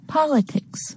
Politics